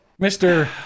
Mr